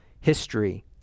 history